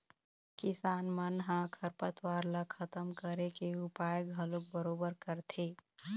किसान मन ह खरपतवार ल खतम करे के उपाय घलोक बरोबर करथे